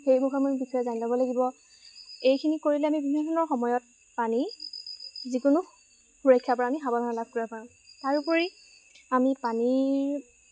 সেইসমূহৰ বিষয়ে জানি ল'ব লাগিব এইখিনি কৰিলে আমি বিভিন্ন ধৰণৰ সময়ত পানী যিকোনো সুৰক্ষাৰপৰা আমি সাৱধান লাভ কৰিব পাৰোঁ তাৰোপৰি আমি পানীৰ